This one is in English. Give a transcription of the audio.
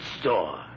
store